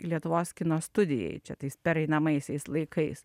lietuvos kino studijai čia tais pereinamaisiais laikais